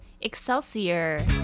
Excelsior